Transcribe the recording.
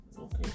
Okay